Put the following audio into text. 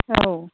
औ